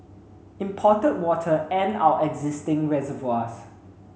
imported water and our existing reservoirs